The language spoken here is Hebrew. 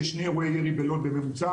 יש שני אירועי ירי בלוד בממוצע.